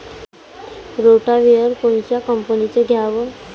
Rotavator कोनच्या कंपनीचं घ्यावं?